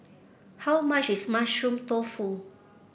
how much is Mushroom Tofu